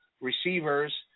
receivers